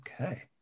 Okay